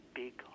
big